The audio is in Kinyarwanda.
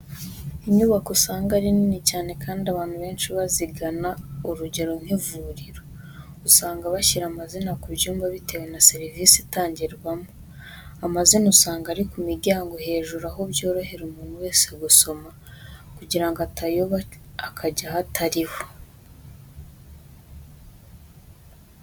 Inyubako usanga ari nini cyane kandi abantu benshi bazigana, urugero nk'ivuriro, usanga bashyira amazina ku byumba bitewe na serivisi itangirwamo, amazina usanga ari ku miryango hejuru aho byorohera umuntu wese gusoma kugira ngo atayoba akajya ahatariho.